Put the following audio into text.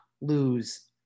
lose